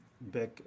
back